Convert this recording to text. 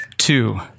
two